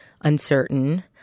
uncertain